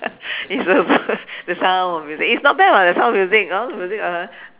is the ver~ the sound of music is not bad [what] the sound of music sound of music